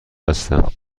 هستم